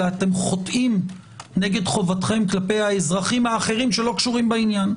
אלא אתם חוטאים נגד חובתכם כלפי האזרחים האחרים שלא קשורים בעניין.